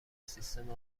سیستم